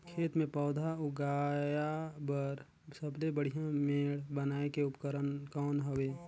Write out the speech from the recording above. खेत मे पौधा उगाया बर सबले बढ़िया मेड़ बनाय के उपकरण कौन हवे?